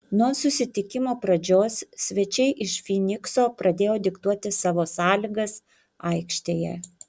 nuo susitikimo pradžios svečiai iš fynikso pradėjo diktuoti savo sąlygas aikštėje